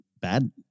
bad